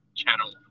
channel